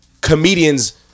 comedians